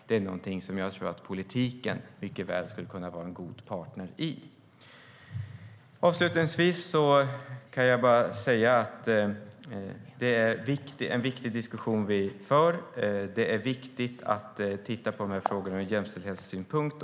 Det är någonting som jag tror att politiken mycket väl skulle kunna vara en god partner i.Det är en viktig diskussion vi för. Det är viktigt att titta på de här frågorna ur jämställdhetssynpunkt.